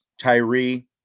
Tyree